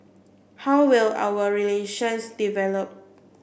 how will our relations develop